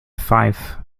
fife